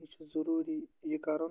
یہِ چھُ ضروٗری یہِ کَرُن